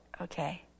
Okay